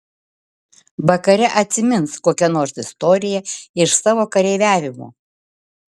vakare atsimins kokią nors istoriją iš savo kareiviavimo